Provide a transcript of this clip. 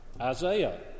Isaiah